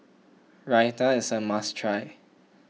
Raita is a must try